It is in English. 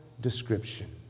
description